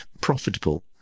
profitable